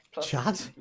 Chad